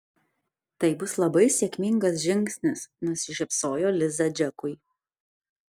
tai bus labai sėkmingas žingsnis nusišypsojo liza džekui